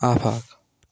آفاق